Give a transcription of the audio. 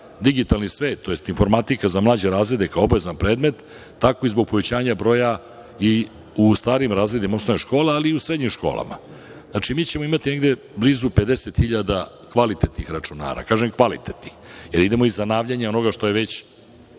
digitalni svet, tj. informatika za mlađe razrede kao obavezni predmet, tako i zbog povećanja broja i u starijim razredima osnovne škole, ali i u srednjim školama. Znači, mi ćemo imati negde blizu 50.000 kvalitetnih računara, kažem kvalitetnih, jer idemo i u zanavljanje onoga što je već